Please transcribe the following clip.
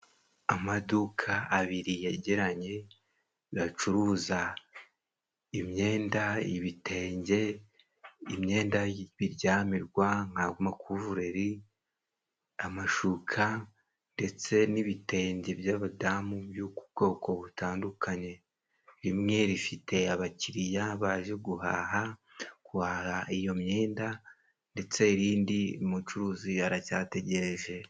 Amaduka abiri yegeranye bacuruza imyenda ,ibitenge imyenda y' ibiryamirwa nk' amakuvuleri, amashuka ndetse n'ibitenge by'abadamu byo ku bwoko butandukanye rimwe rifite abakiriya baje guhaha, guhaha iyo myenda ndetse irindi umucuruzi aracyategereje.